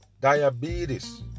diabetes